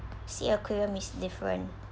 sea aquarium is different